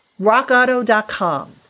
rockauto.com